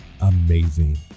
amazing